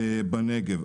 בנגב.